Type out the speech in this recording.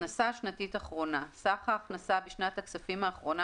"הכנסה שנתית אחרונה" סך ההכנסה בשנת הכספים האחרונה